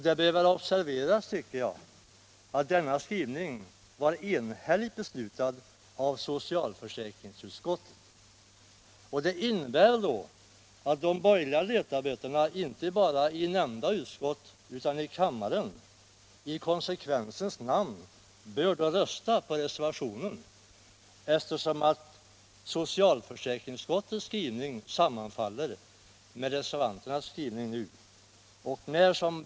Det bör observeras, tycker jag, att denna skrivning var enhälligt beslutad av socialförsäkringsutskottet. Det innebär att de borgerliga ledamöterna, inte bara i nämnda utskott, utan även i kammaren, i konsekvensens namn bör rösta med reservationen, eftersom socialförsäkringsutskottets skrivning sammanfaller med reservanternas skrivning nu.